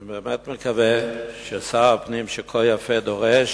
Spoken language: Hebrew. אני באמת מקווה ששר הפנים, שכה יפה דורש,